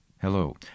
Hello